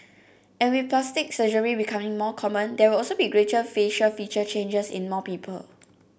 and with plastic surgery becoming more common there will also be greater facial feature changes in more people